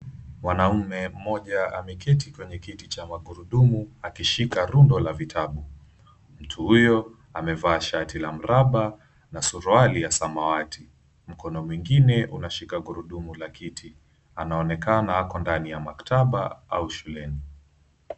Mwanamme mmoja ameketi kwenye kiti cha magurudumu, akishika rundo la vitabu. Mtu huyo amevaa shati la mraba na suruali ya samawati, mkono mwingine unashika gurudumu la kiti, anaonekana ako ndani ya maktaba ama shuleni.